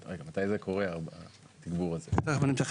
רגע, מתי קורה התגבור הזה?